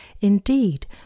Indeed